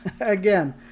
Again